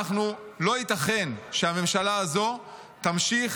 לא ייתכן שהממשלה הזו תמשיך